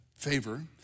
favor